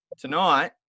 tonight